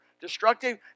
destructive